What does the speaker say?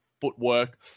footwork